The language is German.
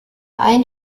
ein